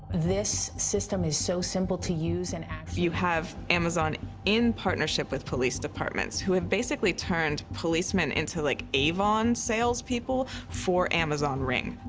this system is so simple to use. and you have amazon in partnership with police departments, who have basically turned policemen into, like, avon salespeople for amazon ring.